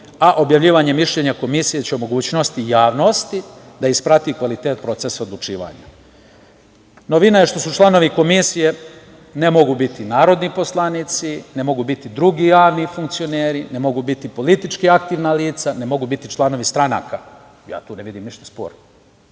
a objavljivanje mišljenja komisije će o mogućnosti javnosti da isprati kvalitet procesa odlučivanja. Novina je što su članovi komisije, ne mogu biti narodni poslanici, ne mogu biti drugi javni funkcioneri, ne mogu biti politički aktivna lica, ne mogu biti članovi stranaka. Ja tu ne vidim ništa sporno.